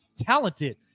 talented